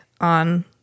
on